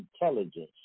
intelligence